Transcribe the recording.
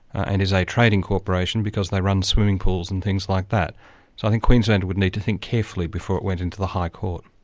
and is a trading corporation, because they run swimming pools and things like that. so i think queensland would need to think carefully before it went into the high court.